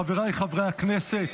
חבריי חברי הכנסת,